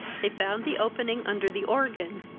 they found the opening under the organ,